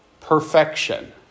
Perfection